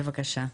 בבקשה.